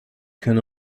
can